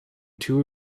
two